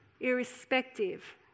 irrespective